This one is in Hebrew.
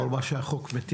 אני רק אומר.